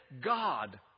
God